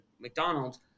McDonald's